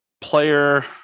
player